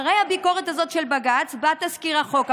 אחרי הביקורת הזאת של בג"ץ בא תזכיר החוק,